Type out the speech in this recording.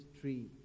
tree